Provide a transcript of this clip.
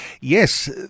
yes